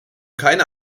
keiner